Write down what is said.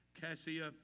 cassia